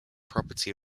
property